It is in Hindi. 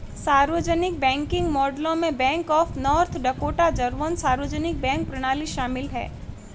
सार्वजनिक बैंकिंग मॉडलों में bank of North Dakota German सार्वजनिक बैंक प्रणाली शामिल है